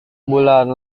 bulan